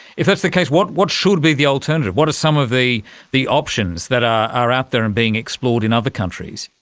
if that's the case, what what should be the alternative? what are some of the the options that are are out there and being explored in other countries?